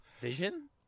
Vision